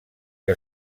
que